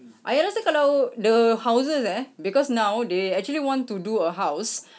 ayah rasa the houses eh because now they actually want to do a house